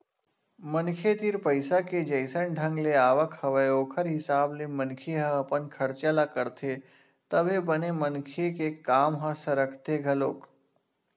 मनखे तीर पइसा के जइसन ढंग ले आवक हवय ओखर हिसाब ले मनखे ह अपन खरचा ल करथे तभे बने मनखे के काम ह सरकथे घलोक